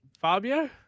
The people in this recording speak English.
Fabio